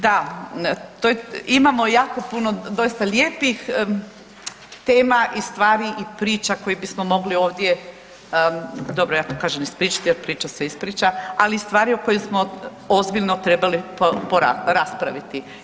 Da, to je imamo jako puno doista lijepih tema i stvari i priča koje bismo mogli ovdje, dobro ja to kažem ispričati jer priča se ispriča, ali i stvari o kojima smo ozbiljno trebali raspraviti.